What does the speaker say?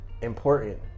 important